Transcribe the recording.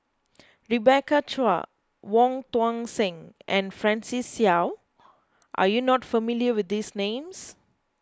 Rebecca Chua Wong Tuang Seng and Francis Seow are you not familiar with these names